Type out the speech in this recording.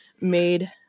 made